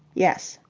yes.